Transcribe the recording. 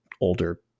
older